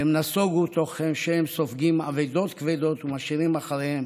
והם נסוגו תוך שהם סופגים אבדות כבדות ומשאירים אחריהם